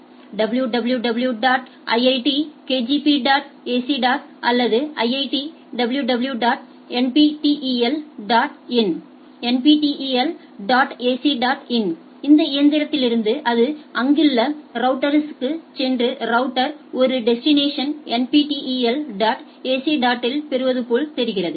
www dot iiitkgp dot ac dot அல்லது IIT www nptel dot in nptel dot ac dot in இந்த இயந்திரத்திலிருந்து அது அருகிலுள்ள routers க்குச் சென்று ரௌட்டர்ஸ் ஒருடெஸ்டினேஷன் nptel dot ac dot இல் பெறுவது போல் தெரிகிறது